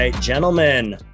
gentlemen